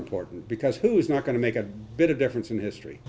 important because who is not going to make a bit of difference in history